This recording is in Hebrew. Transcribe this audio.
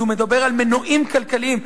אז הוא מדבר על מנועים כלכליים,